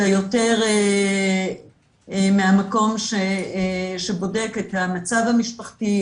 אלא יותר מהמקום שבודק את המצב המשפחתי.